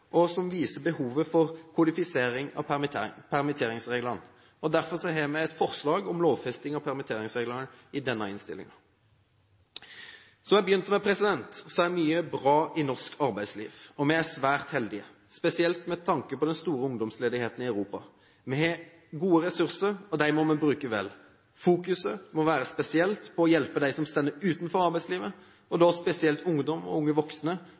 rettsområde, som viser behovet for kodifisering av permitteringsreglene. Derfor har vi et forslag om lovfesting av permitteringsreglene i denne innstillingen. Som jeg begynte med, så er mye bra i norsk arbeidsliv, og vi er svært heldige – spesielt med tanke på den store ungdomsledigheten i Europa. Vi har gode ressurser, og dem må vi bruke vel. Fokuset må være spesielt på å hjelpe dem som står utenfor arbeidslivet, og da spesielt ungdom og unge voksne,